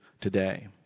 today